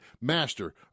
master